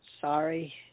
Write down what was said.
sorry